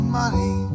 money